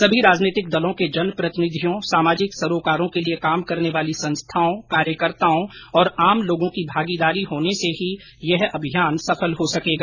सभी राजनैतिक दलों के जनप्रतिनिधियों सामाजिक सरोकारों के लिए काम करने वाली संस्थाओं कार्यकर्ताओं तथा आम लोगों की भागीदारी होने से ही यह अभियान सफल हो सकेगा